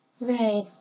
right